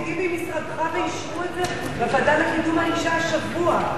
ישבו נציגים ממשרדך ואישרו את זה בוועדה לקידום האשה השבוע.